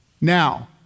Now